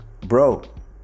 bro